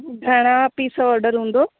घणा piece order हूंदो